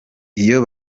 iyo